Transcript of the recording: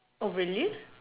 really